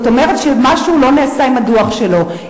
זאת אומרת שמשהו לא נעשה עם הדוח שלו.